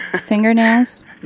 fingernails